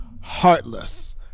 heartless